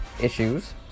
Issues